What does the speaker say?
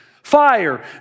fire